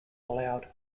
aloud